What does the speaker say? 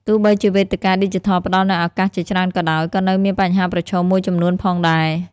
ទោះបីជាវេទិកាឌីជីថលផ្តល់នូវឱកាសជាច្រើនក៏ដោយ ក៏នៅមានបញ្ហាប្រឈមមួយចំនួនផងដែរ។